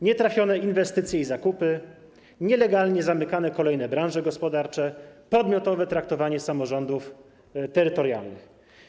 Nietrafione inwestycje i zakupy, nielegalnie zamykane kolejne branże gospodarcze, podmiotowe traktowanie samorządów terytorialnych.